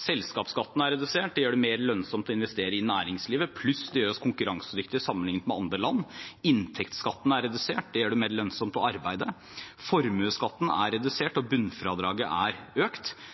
Selskapsskatten er redusert, det gjør det mer lønnsomt å investere i næringslivet, pluss at det gjør oss konkurransedyktige sammenlignet med andre land. Inntektsskatten er redusert, det gjør det mer lønnsomt å arbeide. Formuesskatten er redusert og bunnfradraget er økt,